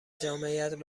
جامعیت